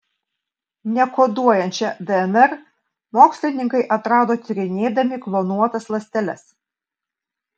nekoduojančią dnr mokslininkai atrado tyrinėdami klonuotas ląsteles